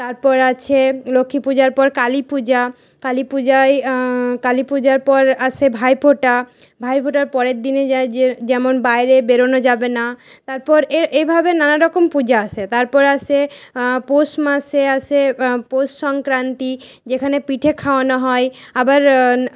তারপর আছে লক্ষ্মী পূজার পর কালী পূজা কালী পূজায় কালী পূজার পর আসে ভাইফোঁটা ভাইফোঁটার পরের দিনে যেমন বাইরে বেরোনো যাবে না তারপর এই এইভাবে নানারকম পূজা আসে তারপর আসে পৌষ মাসে আসে পৌষ সংক্রান্তি যেখানে পিঠে খাওয়ানো হয় আবার